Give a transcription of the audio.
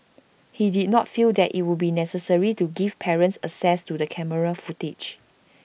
she did not feel that IT would be necessary to give parents access to the camera footage